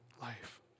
life